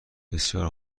بسیار